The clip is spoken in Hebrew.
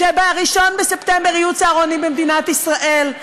שב-1 בספטמבר יהיו צהרונים במדינת ישראל.